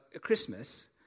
Christmas